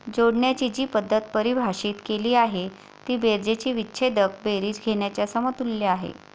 जोडण्याची जी पद्धत परिभाषित केली आहे ती बेरजेची विच्छेदक बेरीज घेण्याच्या समतुल्य आहे